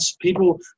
people